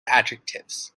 adjectives